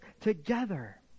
together